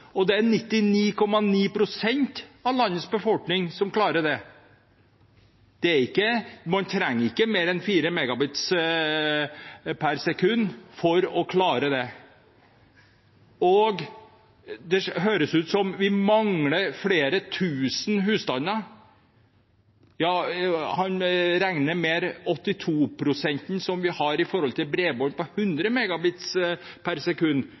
vanlig mobiltelefon. 99,9 pst. av landets befolkning klarer det. Man trenger ikke mer enn 4 Mbit/s for å klare det. Det høres ut som om flere tusen husstander mangler den muligheten. Han regner med de at 82 pst. som har bredbånd på